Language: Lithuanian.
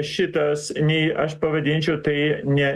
šitas nei aš pavadinčiau tai ne